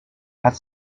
hat